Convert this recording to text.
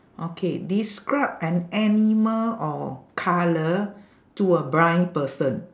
okay describe an animal or colour to a blind person